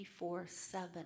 24-7